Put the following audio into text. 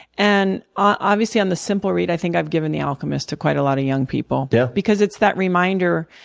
and obviously on the simple read, i think i've given the alchemist to quite a lot of young people yeah because it's that reminder